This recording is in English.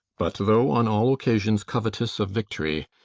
but though on all occasions covetous of victory,